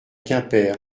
quimper